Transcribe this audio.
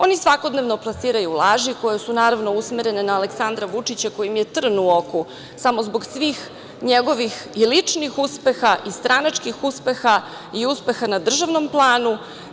Ono svakodnevno plasiraju laži, koje su naravno, usmerene na Aleksandra Vučića, koji im je trn u oku, samo zbog svih njegovih i ličnih uspeha i stranačkih uspeha i uspeha na državnom planu.